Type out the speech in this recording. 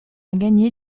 gagner